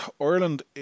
Ireland